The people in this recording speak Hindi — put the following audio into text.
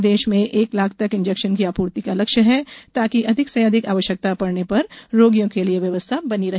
प्रदेश में एक लाख तक इंजेक्शन की आपूर्ति का लक्ष्य है ताकि अधिक से अधिक आवश्यकता पड़ जाने पर रोगियों के लिए व्यवस्था बनी रहे